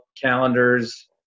calendars